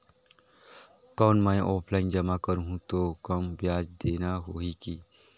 कौन मैं ऑफलाइन जमा करहूं तो कम ब्याज देना होही की?